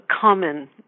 common